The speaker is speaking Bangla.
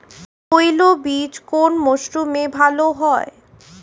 তৈলবীজ কোন মরশুমে ভাল হয়?